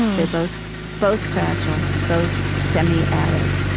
they're both both fragile, both semi-arid.